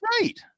Right